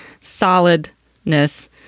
solidness